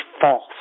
false